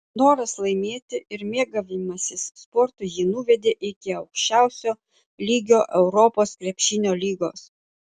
noras laimėti ir mėgavimasis sportu jį nuvedė iki aukščiausio lygio europos krepšinio lygos